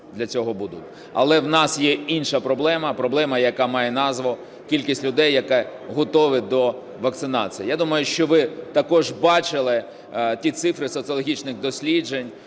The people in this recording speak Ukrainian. для цього будуть. Але у нас є інша проблема – проблема, яка має назву "кількість людей, які готові до вакцинації". Я думаю, що ви також бачили ті цифри соціологічних досліджень,